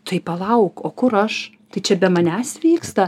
tai palauk o kur aš tai čia be manęs vyksta